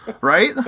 right